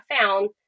found